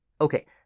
Okay